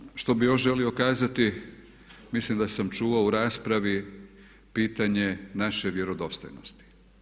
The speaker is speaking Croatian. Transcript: Nadalje što bih još želio kazati, mislim da sam čuo u raspravi pitanje naše vjerodostojnosti.